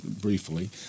briefly